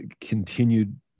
continued